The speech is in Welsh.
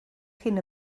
cyn